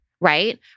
right